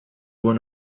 one